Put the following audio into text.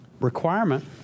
requirement